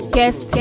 Guest